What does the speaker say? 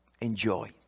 Enjoy